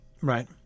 right